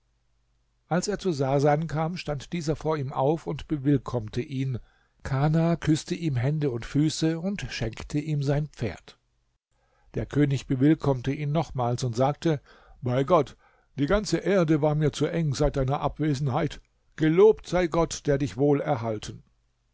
als er zu sasan kam stand dieser vor ihm auf und bewillkommte ihn kana küßte ihm hände und füße und schenkte ihm sein pferd der könig bewillkommte ihn nochmals und sagte bei gott die ganze erde war mir zu eng seit deiner abwesenheit gelobt sei gott der dich wohl erhalten